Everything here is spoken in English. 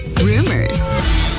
Rumors